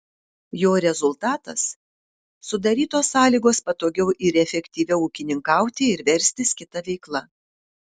jo rezultatas sudarytos sąlygos patogiau ir efektyviau ūkininkauti ir verstis kita veikla